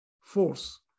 force